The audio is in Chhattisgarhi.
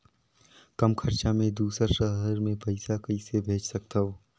कम खरचा मे दुसर शहर मे पईसा कइसे भेज सकथव?